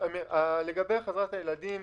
לגבי חזרת הילדים,